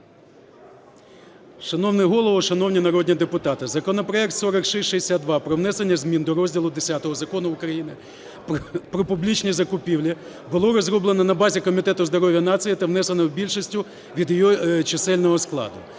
Шановний Голово, шановні народні депутати, законопроект 4662 про внесення зміни до розділу X Закону України "Про публічні закупівлі" було розроблено на базі Комітету здоров'я нації та внесено більшістю від його чисельного складу.